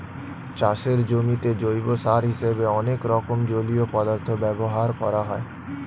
চাষের জমিতে জৈব সার হিসেবে অনেক রকম জলীয় পদার্থ ব্যবহার করা হয়